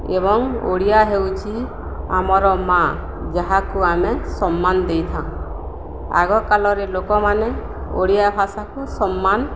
ଏବଂ ଓଡ଼ିଆ ହେଉଛି ଆମର ମା' ଯାହାକୁ ଆମେ ସମ୍ମାନ ଦେଇଥାଉଁ ଆଗକାଳରେ ଲୋକମାନେ ଓଡ଼ିଆ ଭାଷାକୁ ସମ୍ମାନ